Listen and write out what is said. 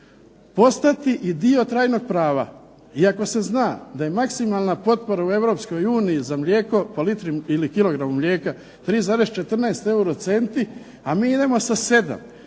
postati i dio trajnog prava, iako se zna da je maksimalna potpora u Europskoj uniji za mlijeko po litri, ili kilogram mlijeka 3,14 eurocenti, a mi idemo sa 7,